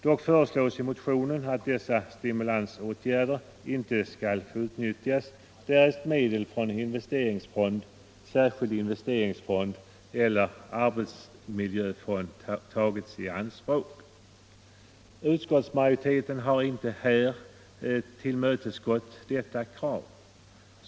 Dock föreslås i motionen att dessa stimulansåtgärder inte skall utgå, därest medel från investeringsfond, särskild investeringsfond eller arbetsmiljöfond tagits i anspråk Utskottsmajoriteten har inte tillmötesgått detta krav.